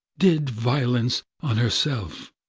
did violence on herself.